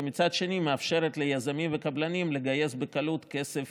ומצד שני מאפשרת ליזמים וקבלנים לגייס בקלות כסף